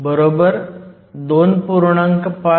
म्हणून Nc Nv 2